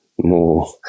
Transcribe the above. more